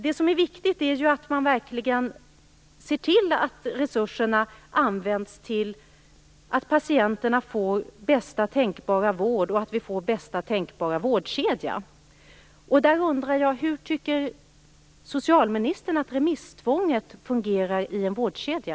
Det som är viktigt är att man verkligen ser till att resurserna används till att patienterna får bästa tänkbara vård och att vi får bästa tänkbara vårdkedja. Hur tycker socialministern att remisstvånget fungerar i en vårdkedja?